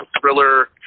thriller